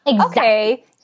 okay